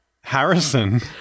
Harrison